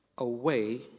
Away